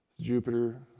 Jupiter